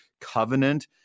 covenant